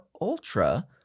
Ultra